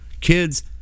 kids